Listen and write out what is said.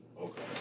Okay